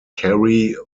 carrie